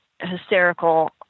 hysterical